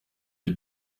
des